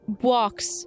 walks